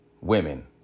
women